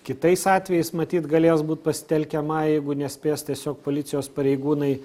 kitais atvejais matyt galės būt pasitelkiama jeigu nespės tiesiog policijos pareigūnai